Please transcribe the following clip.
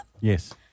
Yes